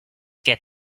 get